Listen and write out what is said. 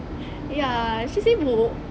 ya she sebok